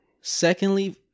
Secondly